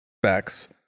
specs